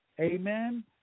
Amen